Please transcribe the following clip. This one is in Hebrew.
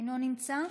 אינו נמצא,